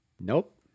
nope